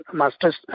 masters